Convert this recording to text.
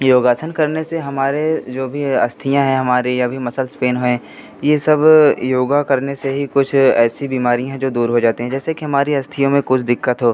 योगासन करने से हमारे जो भी अस्थियाँ हैं हमारी अभी मसल्स पेन हैं ये सब योगा करने से ही कुछ ऐसी बीमारियाँ हैं जो दूर हो जाती हैं जैसे कि हमारी अस्थियों में कुछ दिक्कत हो